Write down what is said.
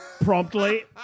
promptly